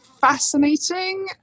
fascinating